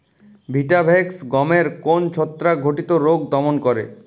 Vitavax গমের কোন ছত্রাক ঘটিত রোগ দমন করে?